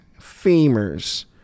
femurs